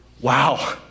wow